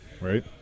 Right